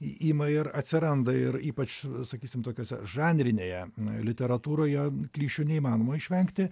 i ima ir atsiranda ir ypač sakysim tokiose žanrinėje literatūroje klišių neįmanoma išvengti